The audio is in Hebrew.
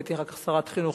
והייתי אחר כך שרת חינוך,